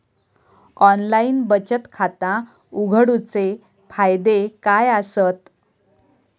Online बचत खाता उघडूचे फायदे काय आसत?